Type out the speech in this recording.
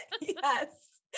Yes